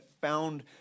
found